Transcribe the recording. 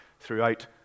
throughout